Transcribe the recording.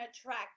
attract